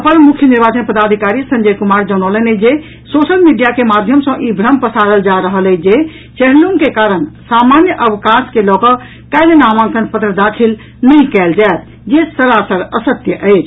अपर मुख्य निर्वाचन पदाधिकारी संजय कुमार जनौलनि अछि जे सोशल मीडिया के माध्यम सॅ ई भ्रम प्रसारल जा रहल अछि जे चेहल्लूम के कारण सामान्य अवकाश के लऽकऽ सॅ काल्हि नामांकन पत्र दाखिल नहि कयल जायत जे सरासर असत्य अछि